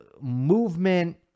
movement